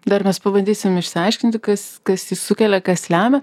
dar mes pabandysim išsiaiškinti kas kas jį sukelia kas lemia